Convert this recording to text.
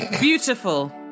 Beautiful